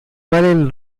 valley